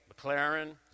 McLaren